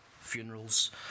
funerals